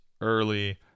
early